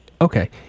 Okay